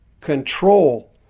control